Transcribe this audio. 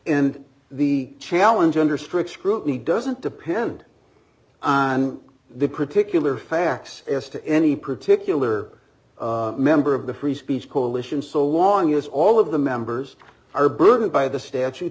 and the challenge under strict scrutiny doesn't depend on the particular facts s to any particular member of the free speech coalitions so long is all of the members are burdened by the statute